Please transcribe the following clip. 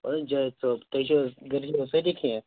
بہٕ حظ چھُس جاوید صٲب تُہۍ چھِوٕ حظ گَرِ چھِوا سٲری ٹھیٖک